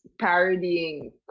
parodying